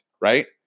right